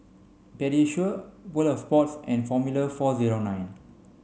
Pediasure World Of Sports and Formula four zero nine